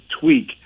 tweak